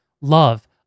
love